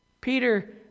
Peter